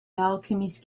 alchemist